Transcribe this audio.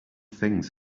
things